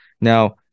Now